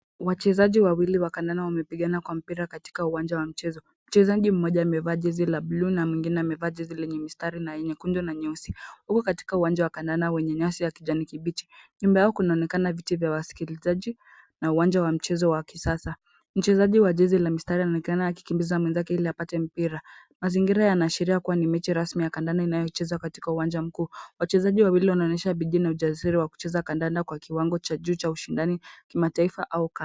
Wachezaji wawili wa kandanda wamepigana kwa mpira katika uwanja wa mchezo. Mchezaji mmoja amevaa jezi la buluu na mwingine amevaa jezi lenye mistari na yenye kundi na nyusi. Huko katika uwanja wa kandanda wenye nyasi ya kijani kibichi, nyuma yao kunaonekana vitu vya wasikilizaji, na uwanja wa mchezo wa kisasa. Mchezaji wa zezi la mistari anaonekana akikimbizwa na mzaha ili apate mpira. Mazingira yanashiria kuwa ni mechi rasmi ya kandanda inayochezwa katika uwanja mkuu. Wachezaji wawili wanaonyesha bidii na ujasiri wa kucheza kandanda kwa kiwango cha juu cha ushindani kimataifa .